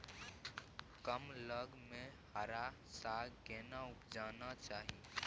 कम लग में हरा साग केना उपजाना चाही?